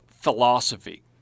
philosophy